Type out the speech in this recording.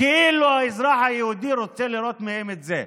כאילו האזרח היהודי רוצה לראות את זה מהם.